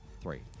Three